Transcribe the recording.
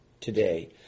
today